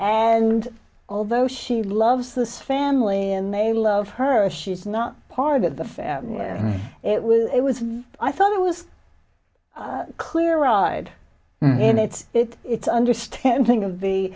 and although she loves this family and they love her if she's not part of the family it was it was i thought it was a clear ride and it's it it's understanding of the